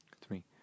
three